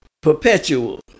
perpetual